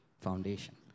foundation